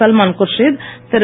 Salman Khurshid Thiru